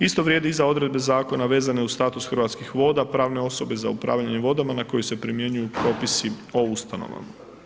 Isto vrijedi i za odredbe Zakona vezane uz status Hrvatskih voda pravne osobe za upravljanje vodama na koje se primjenjuju propisi o ustanovama.